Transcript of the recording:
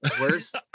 worst